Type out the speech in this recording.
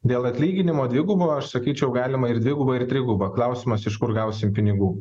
dėl atlyginimo dvigubo aš sakyčiau galima ir dvigubą ir trigubą klausimas iš kur gausim pinigų